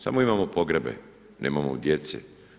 Samo imamo pogrebe, nemamo djece.